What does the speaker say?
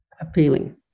appealing